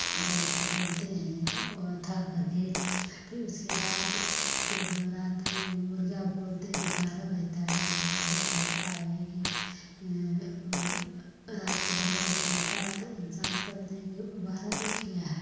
बैठ के बोलते हैं और ठा करके फिर उसके बाद जब रात में मुर्गा बोलते हैं जो बारह बजता है तो मुर्गा बोलता है कि रात को बारह बजे बोलता है तो इंसान कहते हैं कि ऊ बारह बज गया है